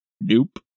nope